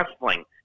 wrestling